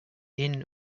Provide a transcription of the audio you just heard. inn